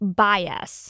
bias